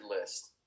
list